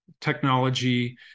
technology